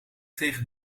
tegen